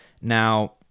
now